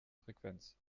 frequenz